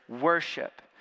worship